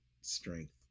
strength